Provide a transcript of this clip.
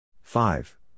five